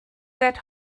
that